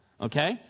Okay